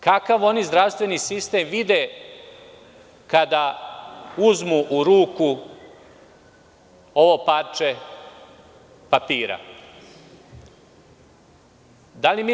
Kakav oni zdravstveni sistem vide kada uzmu u ruku ovo parče papira?